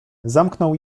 zamknął